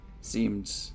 Seemed